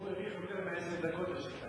בבקשה, לרשותך שלוש דקות.